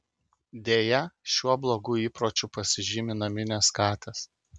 deja šiuo blogu įpročiu pasižymi naminės katės